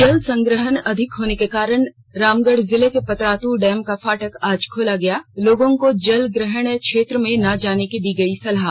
जल संग्रहण अधिक होने के कारण रामगढ जिले के पतरातु डैम का फाटक आज खोला गया लोगों को जल ग्रहण क्षेत्र में न जाने की दी गयी सलाह